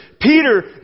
Peter